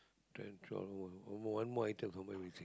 ten twelve one one more item confirm missing